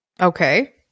Okay